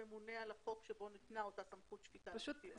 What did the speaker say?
שממונה על החוק שבו ניתנה אותה סמכות שפיטה על פי דין.